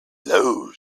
low